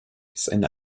seine